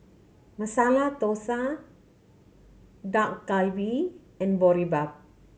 Masala Dosa Dak Galbi and Boribap